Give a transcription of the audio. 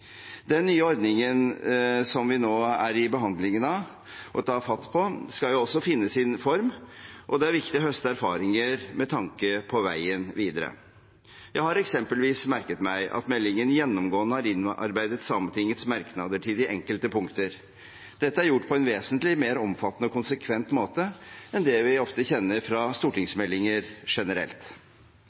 Den nye ordningen, som vi nå behandler, og tar fatt på, skal også finne sin form, og det er viktig å høste erfaringer med tanke på veien videre. Jeg har eksempelvis merket meg at meldingen gjennomgående har innarbeidet Sametingets merknader til de enkelte punkter. Dette er gjort på en vesentlig mer omfattende og konsekvent måte enn det vi ofte kjenner fra stortingsmeldinger generelt.